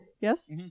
Yes